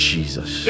Jesus